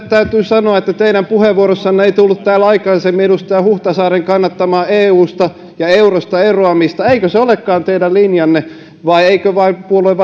täytyy sanoa että teidän puheenvuorossanne täällä aikaisemmin ei tullut edustaja huhtasaaren kannattamaa eusta ja eurosta eroamista eikö se olekaan teidän linjanne vai eikö vain puolueen